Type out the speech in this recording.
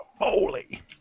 Holy